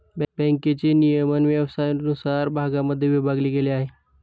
बँकेचे नियमन व्यवसायानुसार भागांमध्ये विभागले गेले आहे